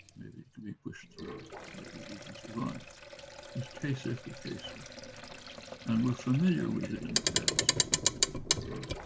maybe it can be pushed through we can survive this case if their case okay and we're familiar with it in the past i mean